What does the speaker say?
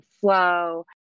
flow